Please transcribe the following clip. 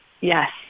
Yes